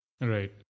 Right